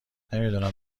نمیدونم